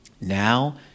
Now